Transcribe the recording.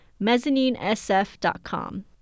mezzaninesf.com